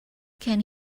can